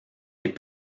les